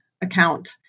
account